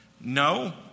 No